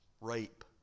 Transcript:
rape